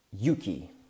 Yuki